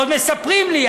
עוד מספרים לי,